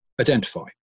identify